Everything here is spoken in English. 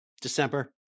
December